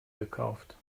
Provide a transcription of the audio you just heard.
gekauft